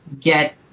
get